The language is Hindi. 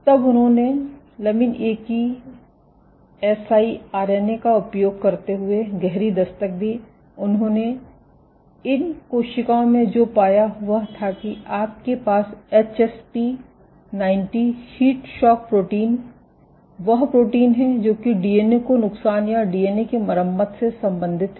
तो तब उन्होंने लमिन ए की siRNA का उपयोग करते हुये गहरी दस्तक दी उन्होंने इन कोशिकाओं में जो पाया वह था कि आपके पास HSP90 हीट शॉक प्रोटीन वह प्रोटीन है जो कि डीएनए को नुकसान या डीएनए के मरम्मत से संबन्धित है